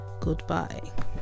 Goodbye